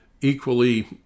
equally